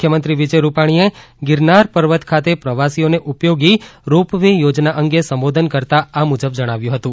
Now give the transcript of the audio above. મુખ્યમંત્રી વિજય રૂપાણીએ ગીરનાર પર્વત ખાતે પ્રવાસીઓને ઉપયોગી રોપ વે યોજના અંગે સંબોધન કરતાં આ મુજબ જણાવ્યું હતું